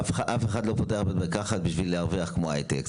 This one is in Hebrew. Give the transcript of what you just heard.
אף אחד לא פותח בית מרקחת כדי להרוויח כמו הייטק.